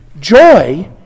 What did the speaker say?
joy